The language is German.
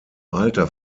alter